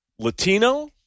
Latino